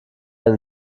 eine